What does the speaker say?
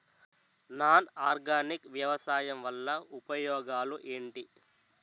Non organic వ్యవసాయం వల్ల ఉపయోగాలు ఏంటీ?